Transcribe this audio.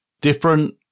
different